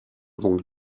vent